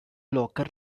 locker